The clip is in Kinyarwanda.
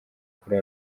kuri